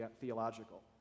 theological